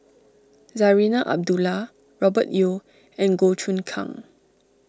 Zarinah Abdullah Robert Yeo and Goh Choon Kang